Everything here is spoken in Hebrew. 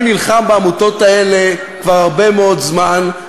אני נלחם בעמותות האלה כבר הרבה מאוד זמן,